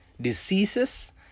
diseases